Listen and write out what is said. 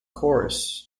chorus